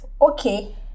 okay